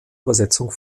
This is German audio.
übersetzung